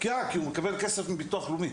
כי הוא מקבל כסף מביטוח לאומי.